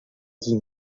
din